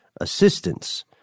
assistance